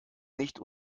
nicht